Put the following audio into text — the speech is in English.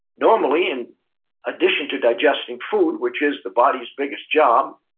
normally, in addition to digesting food, which is the body's biggest job,